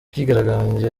kwigaragambya